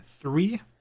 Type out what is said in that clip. three